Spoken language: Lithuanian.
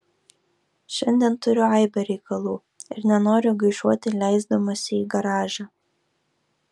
šiandien turiu aibę reikalų ir nenoriu gaišuoti leisdamasi į garažą